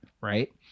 right